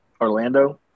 Orlando